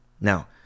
now